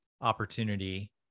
opportunity